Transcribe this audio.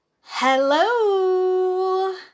hello